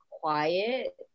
quiet